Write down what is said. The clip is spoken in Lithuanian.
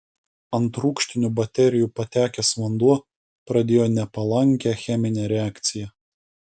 ant rūgštinių baterijų patekęs vanduo pradėjo nepalankę cheminę reakciją